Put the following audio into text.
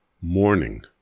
morning